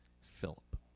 Philip